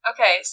Okay